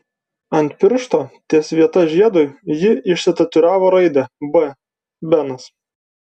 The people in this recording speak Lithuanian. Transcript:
ant piršto ties vieta žiedui ji išsitatuiravo raidę b benas